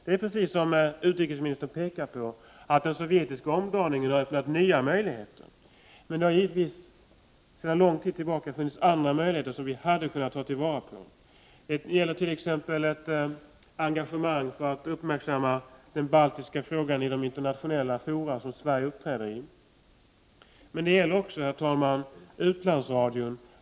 Det är precis som utrikesministern påpekar, att den sovjetiska omdaningen har öppnat nya möjligheter. Men det har givetvis sedan lång tid tillbaka funnits andra möjligheter, som vi hade kunnat ta till vara. Det gäller t.ex. ett engagemang för att uppmärksamma den baltiska frågan i de internationella fora där Sverige uppträder. Det gäller också, herr talman, utlandsradion.